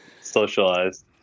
Socialized